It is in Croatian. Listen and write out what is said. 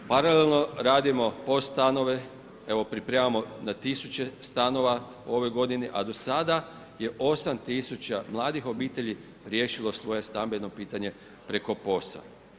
Paralelno radimo … stanove, evo pripremamo na 1000 stanova ove g. a do sada je 8000 mladih obitelji riješilo svoje stambeno pitanje preko POS-a.